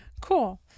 Cool